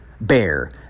bear